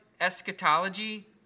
eschatology